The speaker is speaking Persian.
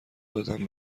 دادن